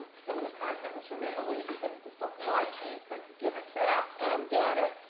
some of the content was from italy because of the supply chain couldn't give us that data,